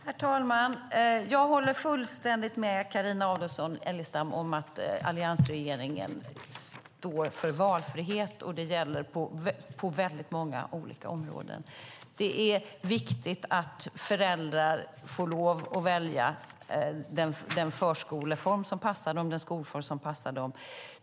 Herr talman! Jag håller fullständigt med Carina Adolfsson Elgestam om att alliansregeringen står för valfrihet. Det gäller på väldigt många olika områden. Det är viktigt att föräldrar får lov att välja den förskoleform och skolform som passar dem.